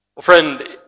friend